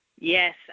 yes